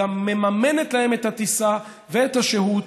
גם מממנת להם את הטיסה ואת השהות.